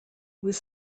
was